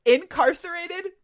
Incarcerated